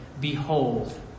Behold